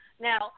Now